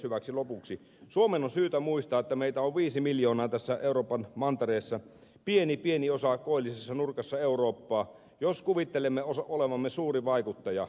hyväksi lopuksi suomen on syytä muistaa että meitä on viisi miljoonaa tällä euroopan mantereella pieni pieni osa koillisessa nurkassa eurooppaa jos kuvittelemme olevamme suuri vaikuttaja